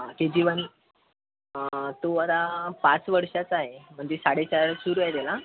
के G one तो आता पाच वर्षाचा आहे म्हणजे साडे चार सुरू आहे त्याला